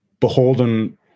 beholden